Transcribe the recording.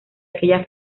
aquella